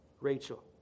Rachel